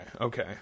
okay